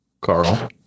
Carl